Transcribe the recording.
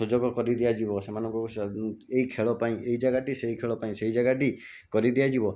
ସୁଯୋଗ କରିଦିଆଯିବ ସେମାନଙ୍କୁ ଏଇଖେଳପାଇଁ ଏଇଜାଗାଟି ସେଇଖେଳ ପାଇଁ ସେଇଜାଗାଟି କରିଦିଆଯିବ